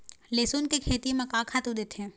लेसुन के खेती म का खातू देथे?